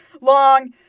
long